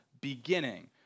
beginning